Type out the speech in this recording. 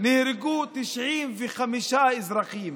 ונהרגו 95 אזרחים.